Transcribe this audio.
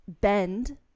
bend